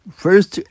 first